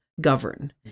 govern